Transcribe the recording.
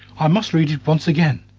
i must read it once again.